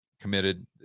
committed